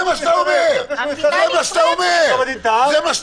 המדינה נשרפת כבר עכשיו.